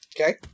Okay